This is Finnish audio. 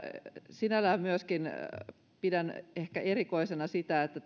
sinällään pidän ehkä erikoisena sitä että